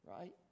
Right